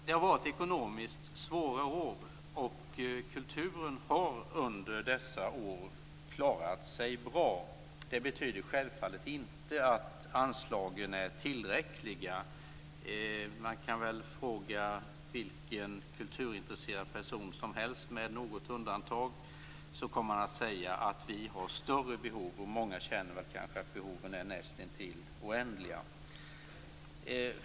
Det har varit ekonomiskt svåra år, och kulturen har under dessa år klarat sig bra. Det betyder ju självfallet inte att anslagen är tillräckliga. Man kan väl fråga vilken kulturintresserad person som helst, med något undantag, så kommer han att säga att vi har större behov. Många känner kanske att behoven är nästintill oändliga.